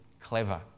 clever